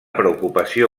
preocupació